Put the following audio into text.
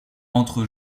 entre